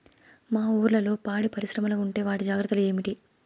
మీ ఊర్లలో పాడి పరిశ్రమలు ఉంటే వాటి జాగ్రత్తలు ఏమిటి